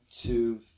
two